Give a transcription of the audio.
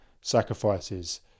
sacrifices